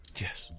Yes